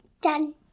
done